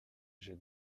j’ai